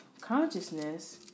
consciousness